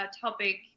Topic